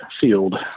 field